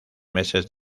meses